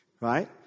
Right